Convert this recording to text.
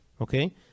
okay